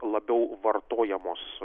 labiau vartojamos